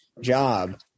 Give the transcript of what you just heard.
job